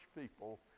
people